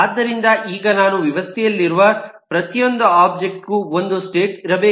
ಆದ್ದರಿಂದ ಈಗ ನಾನು ವ್ಯವಸ್ಥೆಯಲ್ಲಿರುವ ಪ್ರತಿಯೊಂದು ಒಬ್ಜೆಕ್ಟ್ ಗೂ ಒಂದು ಸ್ಟೇಟ್ ಇರಬೇಕು